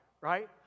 right